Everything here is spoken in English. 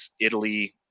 Italy